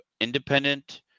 independent